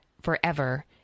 forever